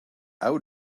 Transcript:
out